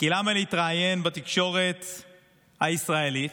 כי למה להתראיין בתקשורת הישראלית,